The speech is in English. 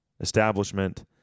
establishment